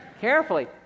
Carefully